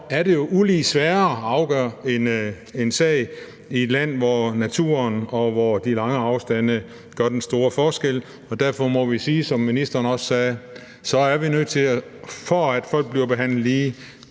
er det jo ulig sværere at afgøre en sag i et land, hvor naturen og de lange afstande gør den store forskel, og derfor må vi sige, som ministeren også sagde, at vi, for at folk bliver behandlet lige,